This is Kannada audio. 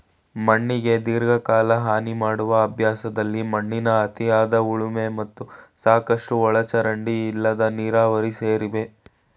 ಮಣ್ಣಿಗೆ ದೀರ್ಘಕಾಲ ಹಾನಿಮಾಡುವ ಅಭ್ಯಾಸದಲ್ಲಿ ಮಣ್ಣಿನ ಅತಿಯಾದ ಉಳುಮೆ ಮತ್ತು ಸಾಕಷ್ಟು ಒಳಚರಂಡಿ ಇಲ್ಲದ ನೀರಾವರಿ ಸೇರಿವೆ